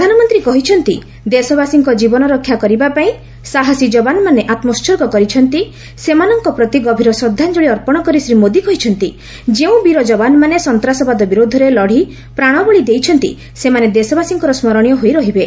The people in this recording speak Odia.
ପ୍ରଧାନମନ୍ତ୍ରୀ କହିଛନ୍ତି ଦେଶବାସୀଙ୍କ ଜୀବନ ରକ୍ଷା କରିବା ପାଇଁ ସାହସୀ ଯବାନମାନେ ଆତ୍କୋହର୍ଗ କରିଛନ୍ତି ସେମାନଙ୍କ ପ୍ରତି ଗଭୀର ଶ୍ରଦ୍ଧାଞ୍ଜଳି ଅର୍ପଣ କରି ଶ୍ରୀ ମୋଦି କହିଛନ୍ତି ଯେଉଁ ବୀର ଯବାନମାନେ ସନ୍ତାସବାଦ ବିରୁଦ୍ଧରେ ଲଢ଼ି ପ୍ରାଣବଳି ଦେଇଛନ୍ତି ସେମାନେ ଦେଶବାସୀଙ୍କର ସ୍କରଣୀୟ ହୋଇ ରହିବେ